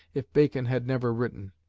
if bacon had never written?